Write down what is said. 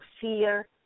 fear